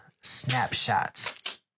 snapshots